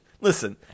Listen